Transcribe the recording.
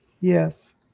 Yes